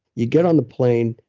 you get on the plane,